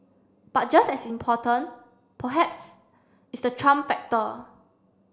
but just as important perhaps is the Trump factor